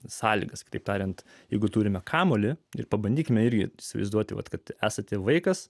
sąlygas kitaip tariant jeigu turime kamuolį ir pabandykime ryt įsivaizduoti vat kad esate vaikas